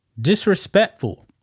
Disrespectful